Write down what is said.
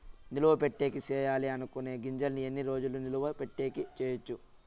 నిలువ పెట్టేకి సేయాలి అనుకునే గింజల్ని ఎన్ని రోజులు నిలువ పెట్టేకి చేయొచ్చు